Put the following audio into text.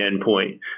endpoint